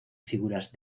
figuras